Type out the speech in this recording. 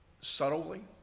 subtly